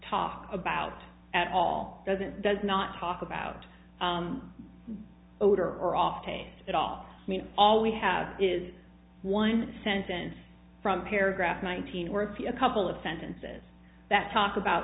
talk about at all doesn't it does not talk about odor or off pain at all i mean all we have is one sentence from paragraph nineteen or a few a couple of sentences that talk about